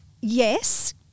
yes